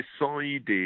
decided